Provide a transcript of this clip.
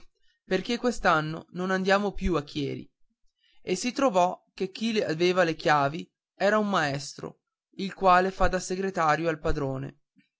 perché quest'anno non andiamo più a chieri e si trovò che chi aveva le chiavi era un maestro il quale fa da segretario al padrone